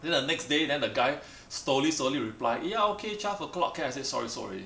then the next day then the guy slowly slowly reply ya okay twelve o'clock can I said sorry sold already